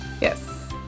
Yes